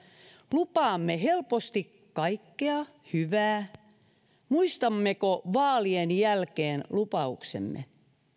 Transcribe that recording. lupaamme helposti kaikkea hyvää muistammeko vaalien jälkeen lupauksemme